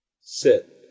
Sit